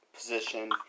position